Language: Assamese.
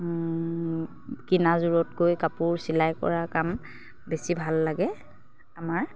কিনা যোৰতকৈ কাপোৰ চিলাই কৰা কাম বেছি ভাল লাগে আমাৰ